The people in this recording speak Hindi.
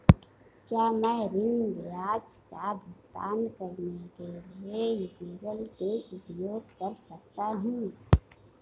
क्या मैं ऋण ब्याज का भुगतान करने के लिए गूगल पे उपयोग कर सकता हूं?